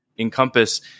encompass